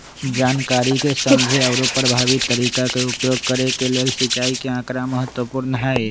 जनकारी के समझे आउरो परभावी तरीका के उपयोग करे के लेल सिंचाई के आकड़ा महत्पूर्ण हई